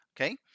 okay